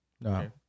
No